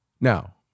Now